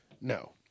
No